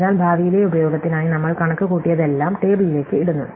അതിനാൽ ഭാവിയിലെ ഉപയോഗത്തിനായി നമ്മൾ കണക്കുകൂട്ടിയതെല്ലാം ടെബിളിലേക്ക് ഇടുന്നു